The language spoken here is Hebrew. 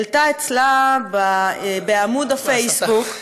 העלתה אצלה בעמוד הפייסבוק --- בהסתה.